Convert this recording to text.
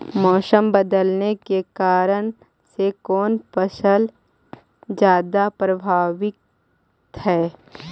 मोसम बदलते के कारन से कोन फसल ज्यादा प्रभाबीत हय?